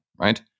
right